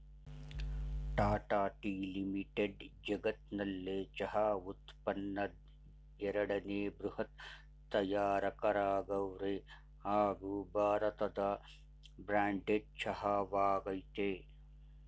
Tata tea limited ಜಗತ್ನಲ್ಲೆ ಚಹಾ ಉತ್ಪನ್ನದ್ ಎರಡನೇ ಬೃಹತ್ ತಯಾರಕರಾಗವ್ರೆ ಹಾಗೂ ಭಾರತದ ಬ್ರ್ಯಾಂಡೆಡ್ ಚಹಾ ವಾಗಯ್ತೆ